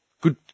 Good